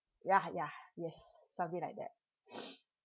ya ya yes something like that